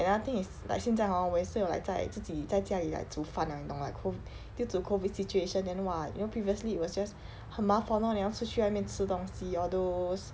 another thing is like 现在 hor 我也是有 like 在自己在家里 like 煮饭了你懂吗 COVID due to COVID situation then !wah! you know previously it was just 很麻烦 lor 你要出去外面吃东西 all those